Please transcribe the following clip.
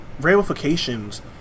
ramifications